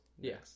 yes